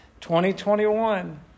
2021